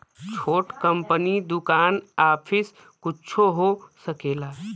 छोट कंपनी दुकान आफिस कुच्छो हो सकेला